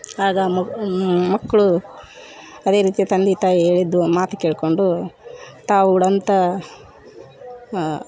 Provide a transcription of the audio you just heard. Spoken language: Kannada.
ಆಗ ಮಕ್ಕಳು ಅದೇ ರೀತಿ ತಂದೆ ತಾಯಿ ಹೇಳಿದ್ದು ಮಾತು ಕೇಳಿಕೊಂಡು ತಾವು ಉಡೋಂಥ